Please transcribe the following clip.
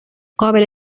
قابل